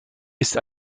ist